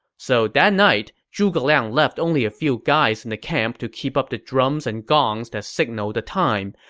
so that night, zhuge liang left only a few guys in the camp to keep up the drums and gongs that signaled the time,